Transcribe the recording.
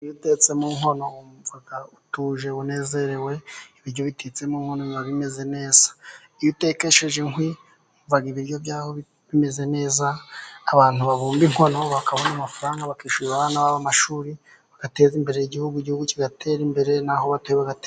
Iyo utetse mu nkono wumva utuje unezerewe, ibiryo bitetse mu nkono biba bimeze neza iyo utekesheje inkwi wumva ibiryo byaho bimeze neza, abantu babumba inkono bakabona amafaranga bakishyuri amashuri bayateza imbere igihugu igihugu kigatera imbere n'aho utuye bagatera imbere.